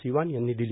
सिवान यांनी दिली